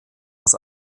aus